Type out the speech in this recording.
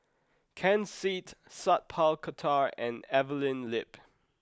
Ken Seet Sat Pal Khattar and Evelyn Lip